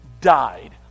died